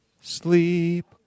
Sleep